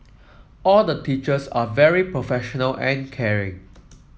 all the teachers are very professional and caring